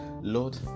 lord